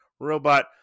Robot